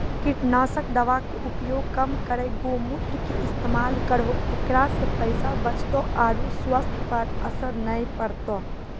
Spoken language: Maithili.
कीटनासक दवा के उपयोग कम करौं गौमूत्र के इस्तेमाल करहो ऐकरा से पैसा बचतौ आरु स्वाथ्य पर असर नैय परतौ?